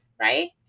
right